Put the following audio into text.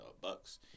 Bucks